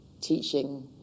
teaching